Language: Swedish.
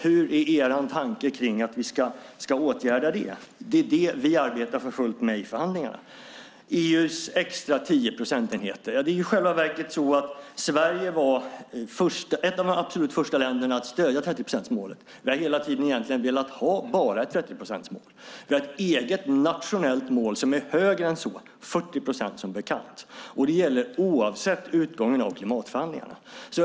Hur är er tanke kring att vi ska åtgärda det? Det är det vi arbetar för fullt med i förhandlingarna. EU:s extra 10 procentenheter: I själva verket var Sverige ett av de absolut första länderna att stödja 30-procentsmålet. Vi har hela tiden velat ha bara ett 30-procentsmål. Vi har ett eget nationellt mål som är högre än så, 40 procent, som bekant, och det gäller oavsett utgången av klimatförhandlingarna.